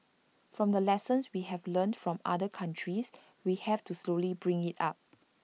from the lessons we have learnt from other countries we have to slowly bring IT up